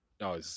No